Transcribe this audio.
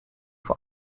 for